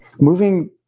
Moving